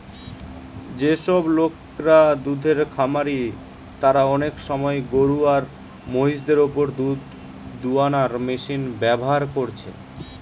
যেসব লোকরা দুধের খামারি তারা অনেক সময় গরু আর মহিষ দের উপর দুধ দুয়ানার মেশিন ব্যাভার কোরছে